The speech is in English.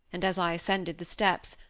and as i ascended the steps,